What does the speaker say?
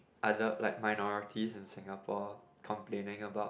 either like minority in Singapore complaining about